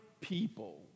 people